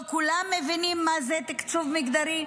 לא כולם מבינים מה זה תקצוב מגדרי,